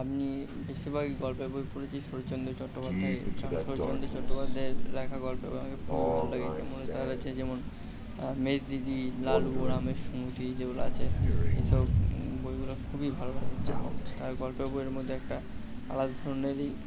আপনি বেশিরভাগই গল্পের বই পড়েছি শরৎচন্দ্র চট্টোপাধ্যায়ের কারণ শরৎচন্দ্র চট্টোপাধ্যায়ের লেখা গল্পের বই আমাকে খুবই ভালো লাগে যেমন তাঁর আছে যেমন মেজদিদি লালু রামের সুমতি যেগুলো আছে এসব বইগুলো খুবই ভালো লাগে কারণ তার গল্পের বইয়ের মধ্যে একটা আলাদা ধরনেরই